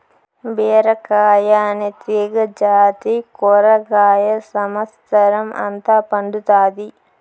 బీరకాయ అనే తీగ జాతి కూరగాయ సమత్సరం అంత పండుతాది